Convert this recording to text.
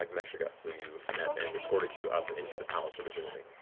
ah gameshega, who you met and escorted you up into the palace originally.